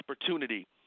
opportunity –